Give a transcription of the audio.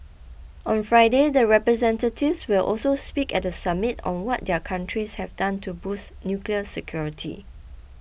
on Friday the representatives will also speak at the summit on what their countries have done to boost nuclear security